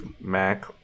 Mac